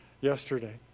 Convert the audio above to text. yesterday